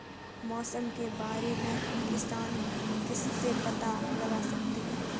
मौसम के बारे में किसान किससे पता लगा सकते हैं?